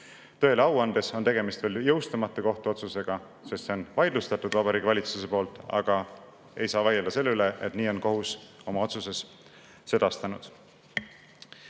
Tõele au andes on tegemist veel jõustumata kohtuotsusega, sest selle on vaidlustanud Vabariigi Valitsus, aga ei saa vaielda selle üle, et nii on kohus oma otsuses sedastanud. Inimeste